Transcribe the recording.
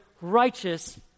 righteous